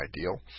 ideal